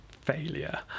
failure